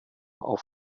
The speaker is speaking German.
auf